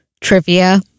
trivia